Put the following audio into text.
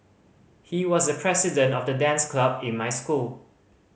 he was the president of the dance club in my school